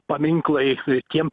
paminklai tiem